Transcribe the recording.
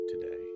today